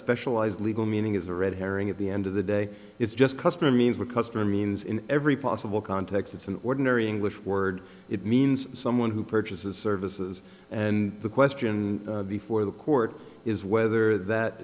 specialized legal meaning is a red herring at the end of the day it's just customer means with customer means in every possible context it's an ordinary english word it means someone who purchases services and the question before the court is whether that